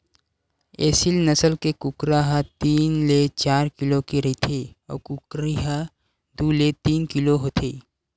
एसील नसल के कुकरा ह तीन ले चार किलो के रहिथे अउ कुकरी ह दू ले तीन किलो होथे